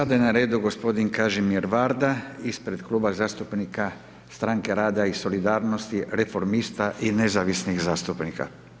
Sada je na redu g. Kažimir Varda, ispred Kluba zastupnika Stranke rada i solidarnosti, reformista i nezavisnih zastupnika.